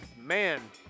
Man